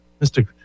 Mr